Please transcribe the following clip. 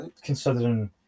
considering